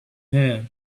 here